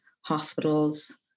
hospitals